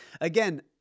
again